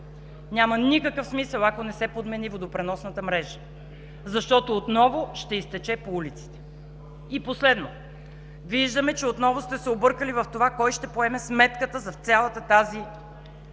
няма никакъв смисъл, ако не се подмени водопреносната мрежа, защото отново ще изтече по улиците. И последно, виждаме, че отново сте се объркали в това кой ще поеме сметката за цялата тази ситуация.